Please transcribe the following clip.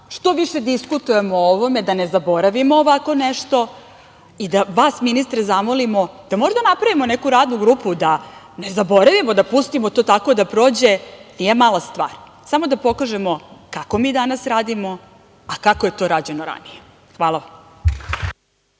što više diskutujemo o ovome, da ne zaboravimo ovako nešto i da vas ministre zamolimo da možda napravimo neku radnu grupu, da ne zaboravimo, da pustimo to tako da prođe nije mala stvar. Samo da pokažemo kako mi danas radimo, a kako je to rađeno ranije. Hvala